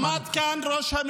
חבר הכנסת ואטורי, קריאה ראשונה.